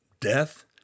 death